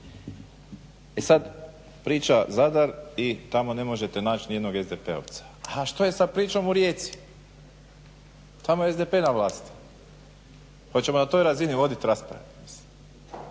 E sada priča Zadar i tamo ne možete naći nijednog SDP-ovca. A što je sa pričom o Rijeci? Tamo je SDP na vlasti. hoćemo na toj razini voditi rasprave?